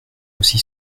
aussi